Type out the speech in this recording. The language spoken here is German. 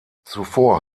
zuvor